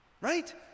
Right